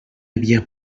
havia